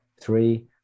three